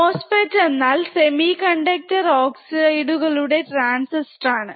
MOSFET എന്നാൽ semiconductor ഓക്സൈഡുകളുടെ transistor ആണ്